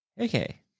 Okay